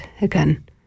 again